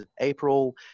April